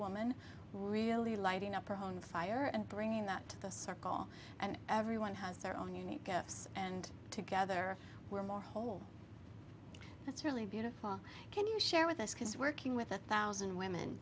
woman really lighting up her home the fire and bringing that to the circle and everyone has their own unique gifts and together we're more whole that's really beautiful can you share with us because working with a thousand women